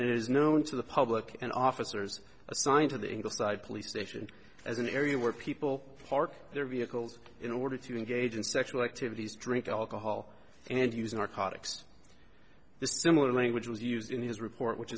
is known to the public and officers assigned to the ingleside police station as an area where people park their vehicles in order to engage in sexual activities drink alcohol and use narcotics the similar language was used in his report which